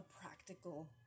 practical